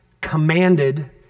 commanded